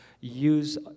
use